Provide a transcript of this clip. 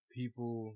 people